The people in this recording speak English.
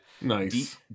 Nice